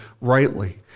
rightly